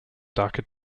dhaka